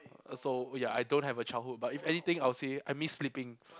uh so ya I don't have a childhood but if anything I'll say I miss sleeping